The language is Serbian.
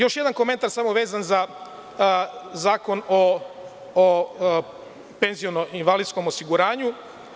Još jedan komentar samo vezan za Zakon o penziono invalidskom osiguranju.